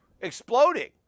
exploding